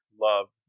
love